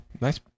nice